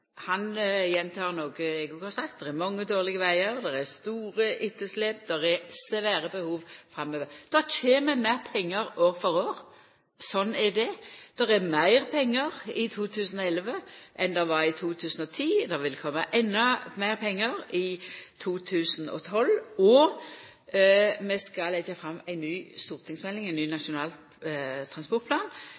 Han gjentek noko eg òg har sagt. Det er mange dårlege vegar, det er store etterslep, det er svære behov framover. Det kjem meir pengar år for år, slik er det. Det er meir pengar i 2011 enn det var i 2010. Det vil koma endå meir pengar i 2012. Vi skal leggja fram ei ny stortingmelding, ein ny nasjonal transportplan,